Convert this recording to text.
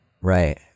Right